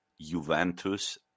Juventus